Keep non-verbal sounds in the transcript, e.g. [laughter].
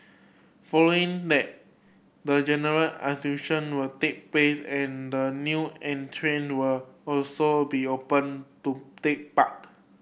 following that the general [unintelligible] will take place and the new entrant will also be open to take part